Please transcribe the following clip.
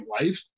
life